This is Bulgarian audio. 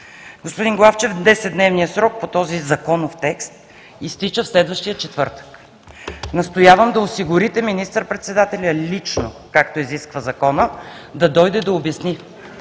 Господин Главчев, 10-дневният срок по този законов текст изтича в следващия четвъртък. Настоявам да осигурите министър-председателя лично, както изисква Законът, да дойде да обясни